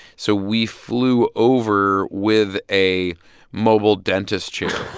so we flew over with a mobile dentist chair